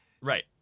Right